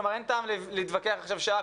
כלומר, אין טעם להתווכח עכשיו במשך שעה.